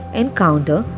encounter